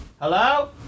Hello